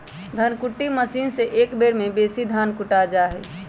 धन कुट्टी मशीन से एक बेर में बेशी धान कुटा जा हइ